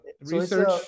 research